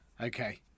okay